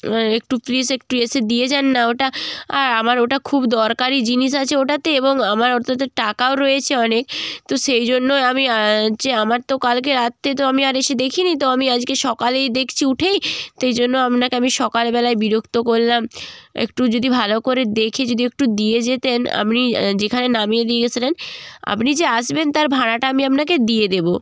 একটু প্লিস একটু এসে দিয়ে যান না ওটা আর আমার ওটা খুব দরকারি জিনিস আছে ওটাতে এবং আমার ওটাতে টাকাও রয়েছে অনেক তো সেই জন্যই আমি হচ্ছে আমার তো কালকে রাত্রে তো আমি আর এসে দেখি নি তো আমি আজকে সকালেই দেখছি উঠেই সেই জন্য আপনাকে আমি সকালবেলাই বিরক্ত করলাম একটু যদি ভালো করে দেখে যদি একটু দিয়ে যেতেন আপনি যেখানে নামিয়ে দিয়ে গেছিলেন আপনি যে আসবেন তার ভাড়াটা আমি আপনাকে দিয়ে দেবো